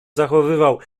zachowywał